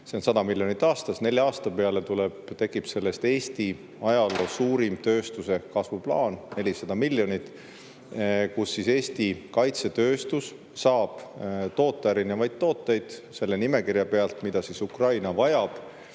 See on 100 miljonit aastas. Nelja aasta peale tuleb sellest Eesti ajaloo suurim tööstuse kasvu plaan, 400 miljonit, et Eesti kaitsetööstus saaks toota erinevaid tooteid nimekirjast [asjadest], mida Ukraina vajab